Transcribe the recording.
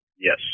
Yes